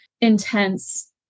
intense